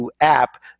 app